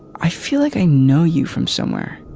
i feel like i know you from somewhere.